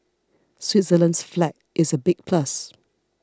Switzerland's flag is a big plus